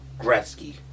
Gretzky